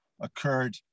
occurred